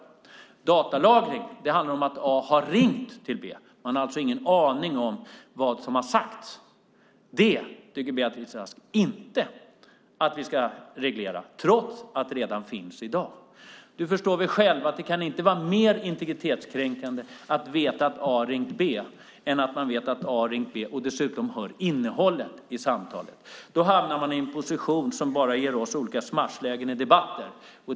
Datalagring handlar om att A har ringt till B. Man har alltså ingen aning om vad som har sagts. Det tycker Beatrice Ask inte att vi ska reglera trots att det redan finns i dag. Du förstår väl själv, Beatrice Ask, att det inte kan vara mer integritetskränkande att veta att A ringt B än att man vet att A ringt B och dessutom hör innehållet i samtalet. Vi hamnar i en position som bara ger oss olika smashlägen i debatter.